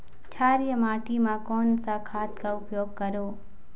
क्षारीय माटी मा कोन सा खाद का उपयोग करों?